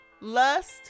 lust